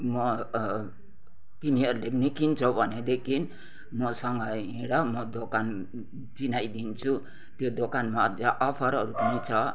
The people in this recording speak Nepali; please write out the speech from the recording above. म तिमीहरूले पनि नि किन्छौ भनेदेखि मसँग हिँड म दोकान चिनाइदिन्छु त्यो दोकानमा अफरहरू पनि छ